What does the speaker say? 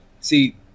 See